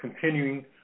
continuing